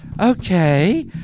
okay